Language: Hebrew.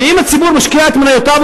ואם הציבור משקיע את מניותיו,